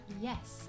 Yes